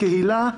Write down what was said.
קהילה,